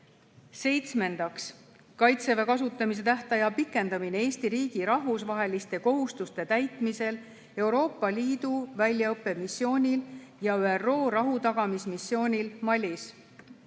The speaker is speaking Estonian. Seitsmendaks, "Kaitseväe kasutamise tähtaja pikendamine Eesti riigi rahvusvaheliste kohustuste täitmisel Euroopa Liidu väljaõppemissioonil ja ÜRO rahutagamismissioonil Malis".